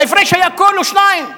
ההפרש היה כולו שניים.